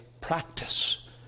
practice